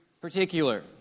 particular